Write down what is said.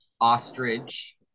ostrich